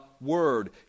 Word